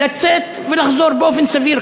לצאת ולחזור באופן סביר,